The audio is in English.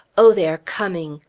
oh, they are coming!